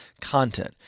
content